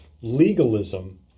legalism